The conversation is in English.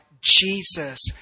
Jesus